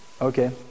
Okay